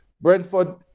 Brentford